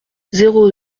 zéro